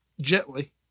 gently